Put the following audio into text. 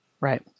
right